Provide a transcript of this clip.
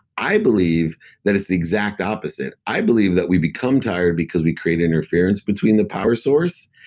i believe that it's the exact opposite. i believe that we become tired because we create interference between the power source.